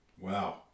wow